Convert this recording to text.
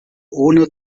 ohne